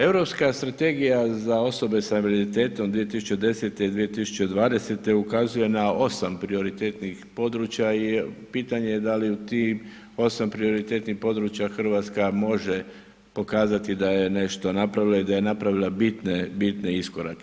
Europska strategija za osobe sa invaliditetom 2010. i 2020. ukazuje na 8 prioritetnih područja i pitanje je da li u tih 8 prioritetnih područja Hrvatska može pokazati da je nešto napravila i da je napravila bitne iskorake.